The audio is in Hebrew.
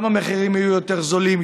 גם המחירים יהיו יותר זולים,